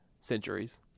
centuries